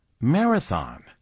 marathon